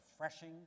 refreshing